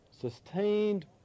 Sustained